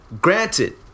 Granted